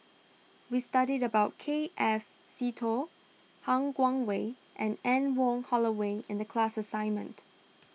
we studied about K F Seetoh Han Guangwei and Anne Wong Holloway in the class assignment